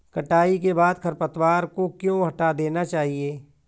कटाई के बाद खरपतवार को क्यो हटा देना चाहिए?